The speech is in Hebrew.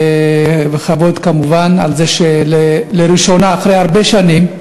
וכבוד כמובן, על זה שלראשונה, אחרי הרבה שנים,